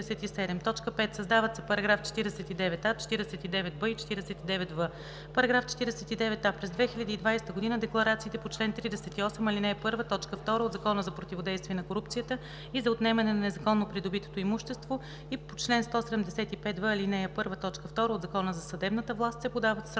Създават се § 49а, 49б и 49в: „§ 49а. През 2020 г. декларациите по чл. 38, ал. 1, т. 2 от Закона за противодействие на корупцията и за отнемане на незаконно придобитото имущество и по чл. 175в, ал. 1, т. 2 от Закона за съдебната власт се подават в срок